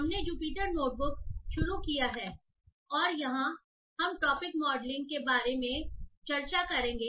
हमने Jupyter notebook शुरू किया है और यहां हम टॉपिक मॉडलिंग के बारे में चर्चा करेंगे